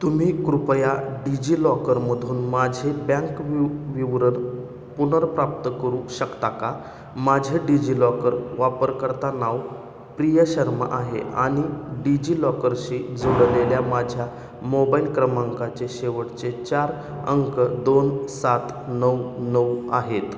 तुम्ही कृपया डिज्जिलॉक्करमधून माझे ब्यांक विव् विवरण पुनर्प्राप्त करू शकता का माझे डिज्जिलॉकर वापरकर्ता नाव प्रिया शर्मा आहे आणि डिज्जिलॉक्करशी जोडलेल्या माझ्या मोबाइल क्रमांकाचे शेवटचे चार अंक दोन सात नऊ नऊ आहेत